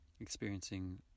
experiencing